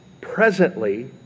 presently